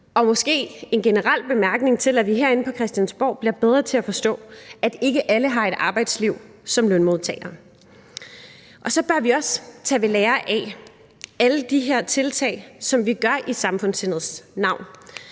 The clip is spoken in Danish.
komme med en generel bemærkning om, at vi herinde på Christiansborg skal blive bedre til at forstå, at ikke alle har et arbejdsliv som lønmodtagere. Vi bør også tage ved lære af alle de tiltag, som vi gør i samfundssindets navn.